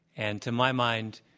and to my mind,